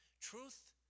Truth